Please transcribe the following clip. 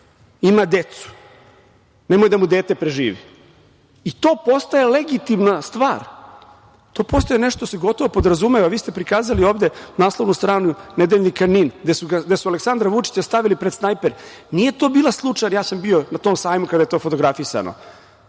Ima decu, nemoj da mu dete preživi. I to postaje legitimna stvar, to postoje nešto što se gotovo podrazumeva. Vi ste prikazali ovde naslovnu stranu nedeljnika „Nin“ gde su Aleksandra Vučića stavili pred snajper. Bio sam na tom sajmu kada je to fotografisano,